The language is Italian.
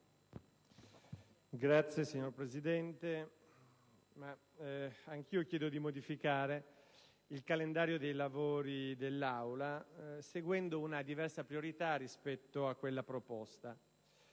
*(PD)*. Signora Presidente, anch'io chiedo di modificare il calendario dei lavori dell'Aula seguendo una diversa priorità rispetto a quella proposta.